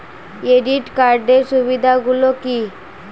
Credit কার্ডের সুবিধা গুলো কি?